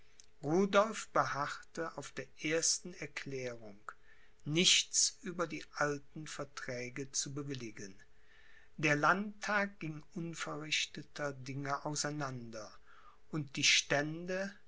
beharrte auf der ersten erklärung nichts über die alten verträge zu bewilligen der landtag ging unverrichteter dinge auseinander und die stände